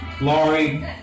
Laurie